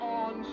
on